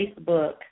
Facebook